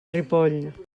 ripoll